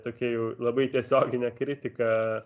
tokia jau labai tiesioginė kritika